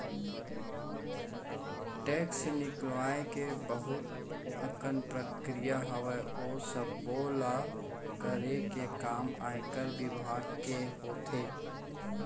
tax निकलवाय के बहुत अकन प्रक्रिया हावय, ओ सब्बो ल करे के काम आयकर बिभाग के होथे